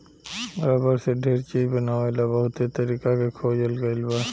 rubber से ढेर चीज बनावे ला बहुते तरीका के खोजल गईल बा